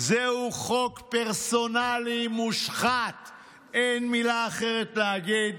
זה חוק פרסונלי מושחת, אין מילה אחרת להגיד.